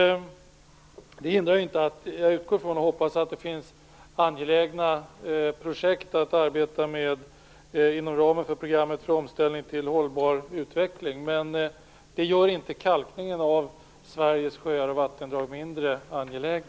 Det hindrar inte att jag utgår från och hoppas att det finns angelägna projekt att arbeta med inom ramen för programmet för omställning till hållbar utveckling, men det gör inte kalkningen av Sveriges sjöar och vattendrag mindre angelägen.